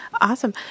Awesome